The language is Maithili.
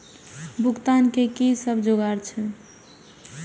भुगतान के कि सब जुगार छे?